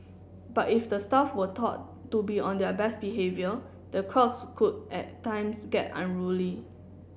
but if the staff were taught to be on their best behaviour the crowds could at times get unruly